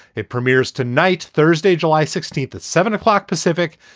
it premieres tonight, thursday, july sixteenth, at seven o'clock pacific,